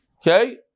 Okay